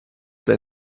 they